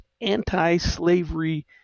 anti-slavery